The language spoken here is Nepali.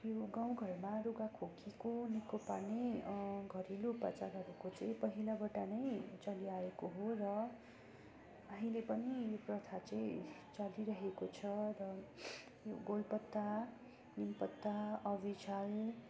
यो गाउँघरमा रुघाखोकीको निको पार्ने घरेलु उपचारहरूको चाहिँ पहिलाबाट नै चलिआएको हो र अहिले पनि यो प्रथा चाहिँ चलिरहेको छ र यो गोल पत्ता निम पत्ता अभिजल